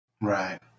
Right